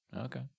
Okay